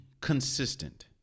consistent